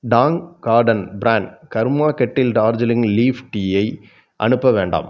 Tang garden brand karma kettle Darjeeling leaf டீயை அனுப்ப வேண்டாம்